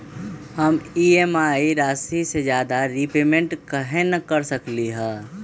हम ई.एम.आई राशि से ज्यादा रीपेमेंट कहे न कर सकलि ह?